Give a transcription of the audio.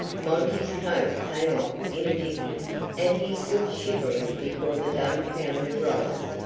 monty's coat came off in a jiffy and he stood shivering before the dumfounded robbers.